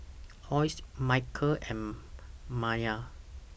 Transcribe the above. Hosie Micheal and Maia